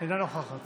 אינה נוכחת